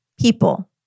people